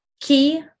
key